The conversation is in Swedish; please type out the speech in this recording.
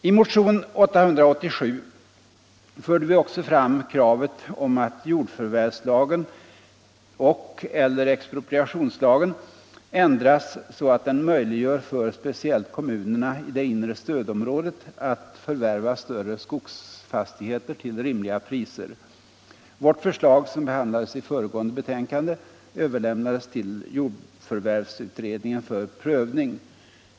I motionen 887 förde vi också fram kravet på att jordförvärvslagen och/eller expropriationslagen ändras så att den möjliggör för speciellt kommunerna i det inre stödområdet att förvärva större skogsfastigheter till rimliga priser. Vårt förslag, som behandlades i föregående betänkande, överlämnades till jordförvärvsutredningen för prövning.